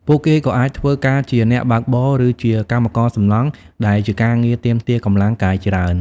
ពួកគេក៏អាចធ្វើការជាអ្នកបើកបរ ឬជាកម្មករសំណង់ ដែលជាការងារទាមទារកម្លាំងកាយច្រើន។